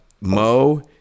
Mo